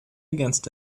against